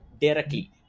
directly